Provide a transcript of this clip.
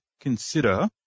consider